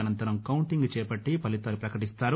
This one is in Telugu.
అనంతరం కౌంటింగ్ చేపట్లి ఫలితాలు పకటిస్తారు